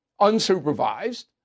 Unsupervised